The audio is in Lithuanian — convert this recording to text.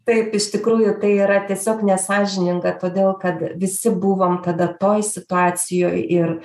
taip iš tikrųjų tai yra tiesiog nesąžininga todėl kad visi buvom kada toj situacijoj ir